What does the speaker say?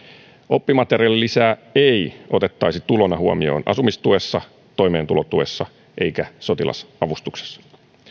oppimateriaalilisää ei otettaisi tulona huomioon asumistuessa toimeentulotuessa eikä sotilasavustuksessa